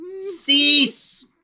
Cease